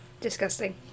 Disgusting